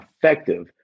effective